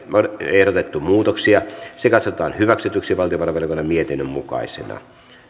ehdotettu muutoksia se katsotaan hyväksytyksi valtiovarainvaliokunnan mietinnön mukaisena